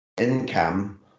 income